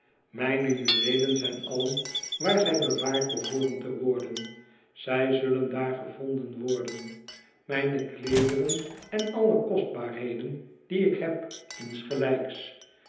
mijne juweelen zijn allen waar zij bewaard behooren te worden zij zullen daar gevonden worden mijne kleederen en alle kostbaarheden die ik heb insgelijks